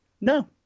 No